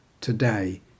today